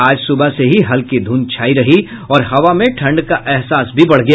आज सुबह से ही हल्की धूंध छायी रही और हवा में ठंड का एहसास भी बढ़ गया